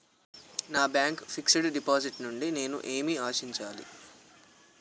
నా bank fixed deposit నుండి నేను ఏమి ఆశించాలి?